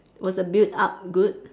was the build up good